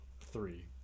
Three